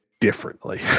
differently